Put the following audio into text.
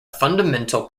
fundamental